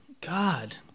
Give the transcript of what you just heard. god